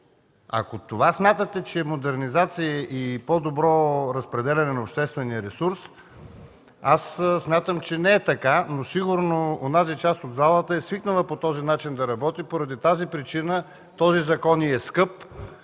Ако смятате, че това е модернизация и по-добро разпределяне на обществения ресурс, смятам, че не е така, но сигурно онази част от залата е свикнала да работи по този начин. Поради тази причина този закон й е скъп,